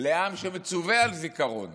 לעם שמצֻווה על זיכרון